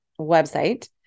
website